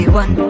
one